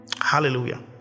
Hallelujah